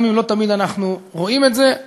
גם אם לא תמיד אנחנו רואים את זה,